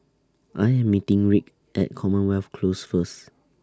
I Am meeting Rick At Commonwealth Close First